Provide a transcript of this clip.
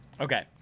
Okay